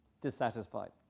dissatisfied